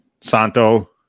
Santo